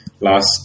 last